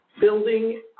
building